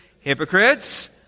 hypocrites